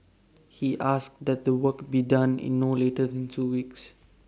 he asked that the work be done in no later than two weeks